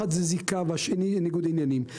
אחת זה זיקה והשני ניגוד עניינים.